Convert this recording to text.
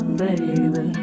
baby